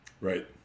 Right